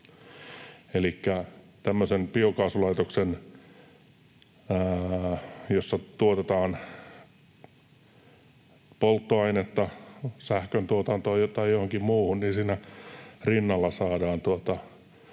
biokaasulaitoksen, jossa tuotetaan polttoainetta sähköntuotantoon tai johonkin muuhun, rinnalla saadaan